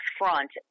front